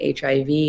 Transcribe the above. HIV